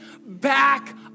back